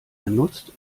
genutzt